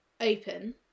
Open